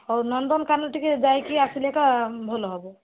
ହଉ ନନ୍ଦନକାନନ ଟିକେ ଯାଇକି ଆସିଲେ ଏକା ଭଲ ହେବ